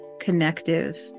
connective